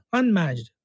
unmatched